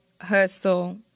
hustle